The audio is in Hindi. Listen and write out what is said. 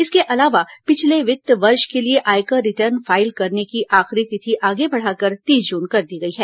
इसके अलावा पिछले वित्त वर्ष के लिए आयकर रिटर्न फाइल करने की आखिरी तिथि आगे बढ़ाकर तीस जून कर दी गई है